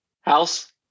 house